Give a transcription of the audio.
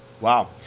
wow